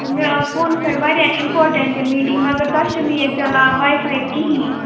مےٚ ٲس فونہٕ سۭتۍ واریاہ اِمپاٹَنٹ میٹِنگ مگر تۄہہِ چھۄ نہٕ ییٚتہِ چَلان واے فاے کِہیٖنۍ